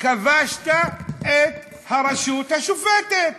כבשת את הרשות השופטת.